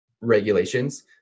regulations